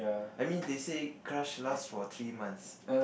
I mean they say crush last for three months